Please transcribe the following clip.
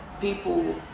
people